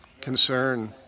concern